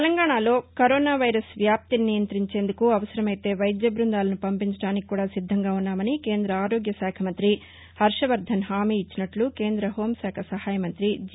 తెలంగాణలో coronavirus వ్యాప్తి ని నియంతించేందుకు అవసరమైతే వైద్య బ్బందాలను పంపించడానికి కూడా సిద్గంగా ఉన్నామని కేంద్ర ఆరోగ్యశాఖ మంత్రి హర్వవర్గన్ హామీ ఇచ్చి నట్లు కేంద్ర హోం శాఖ సహాయ మంత్రి జి